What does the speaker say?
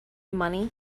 money